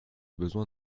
besoin